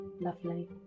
lovely